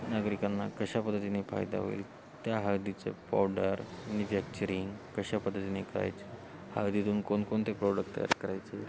नागरिकांना कशा पद्धतीने फायदा होईल त्या हळदीचं पावडर मॅनफॅक्चरिंग कशा पद्धतीने करायच हळदीतून कोणकोणते प्रोडक्ट तयार करायचे